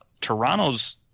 Toronto's